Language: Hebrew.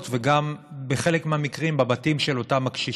וגם בחלק מהמקרים בבתים של אותם הקשישים.